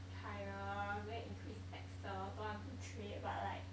China go and increase taxes don't want to do trade but like